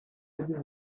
yagize